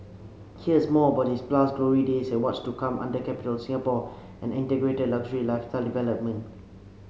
here's more about its past glory days and what's to come under Capitol Singapore and integrated luxury lifestyle development